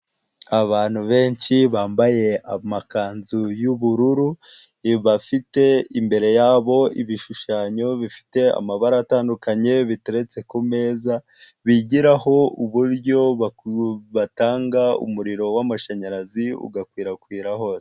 Abantu benshi bambaye amakanzu y'ubururu, bafite imbere yabo ibishushanyo bifite amabara atandukanye biteretse ku meza, bigiraho uburyo batanga umuriro w'amashanyarazi ugakwirakwira hose.